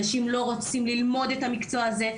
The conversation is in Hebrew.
אנשים לא רוצים ללמוד את המקצוע הזה,